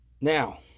Now